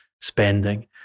spending